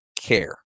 care